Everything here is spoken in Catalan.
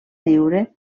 lliure